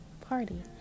party